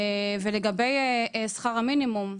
לגבי שכר המינימום,